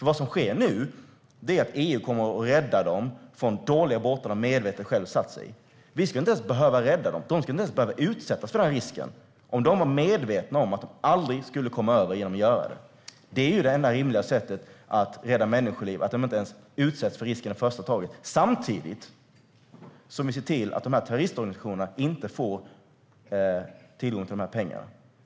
Vad som nu sker är att EU kommer och räddar människor från dåliga båtar som de medvetet själva har satt sig i. Vi skulle inte ens behöva rädda dem. De skulle inte ens behöva utsättas för den här risken om de var medvetna om att de aldrig skulle komma över genom att göra detta. Det är det enda rimliga sättet att rädda människoliv. Det handlar om att de inte ens ska utsättas för risken, samtidigt som vi ser till att terroristorganisationerna inte får tillgång till de här pengarna.